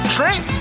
Trent